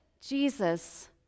Jesus